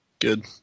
good